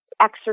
exercise